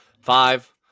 Five